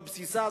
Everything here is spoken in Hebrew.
בבסיסה,